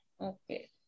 Okay